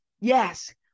Yes